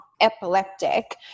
epileptic